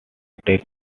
takes